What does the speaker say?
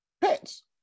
pets